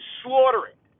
slaughtering